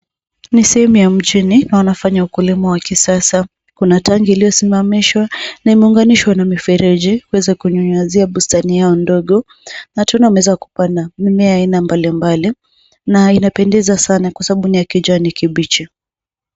Ni sehemu ya mjini na wanafanya ukulima wa kisasa, kuna tanki iliyosimamishwa na imeunganishwa na mifereji, iweze kunyunyuzia bustani hayo ndogo, na tunaona meza kubwa na mimea ya aina mbalimbali na inapendeza sana kwa sababu ni ya kijani kibichi.